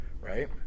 right